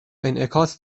انعکاس